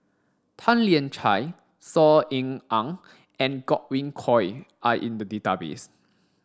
Tan Lian Chye Saw Ean Ang and Godwin Koay are in the database